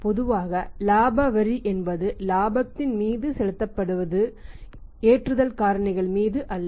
பொதுவாக இலாபம் வரி என்பது இலாபத்தின் மீது செலுத்தப்படுவது ஏற்றுதல் காரணிகள் மீது அல்ல